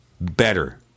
better